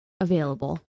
available